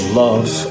love